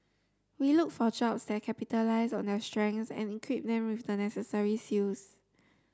we look for jobs that capitalise on their strengths and equip them with the necessary skills